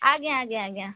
ଆଜ୍ଞା ଆଜ୍ଞା ଆଜ୍ଞା